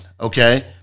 okay